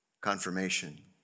confirmation